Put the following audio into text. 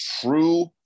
true